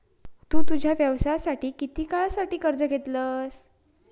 तु तुझ्या व्यवसायासाठी किती काळासाठी कर्ज घेतलंस?